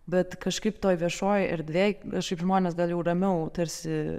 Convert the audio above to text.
bet kažkaip toj viešoj erdvėj kažkaip žmonės gal jau ramiau tarsi